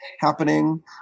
happening